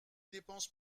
dépenses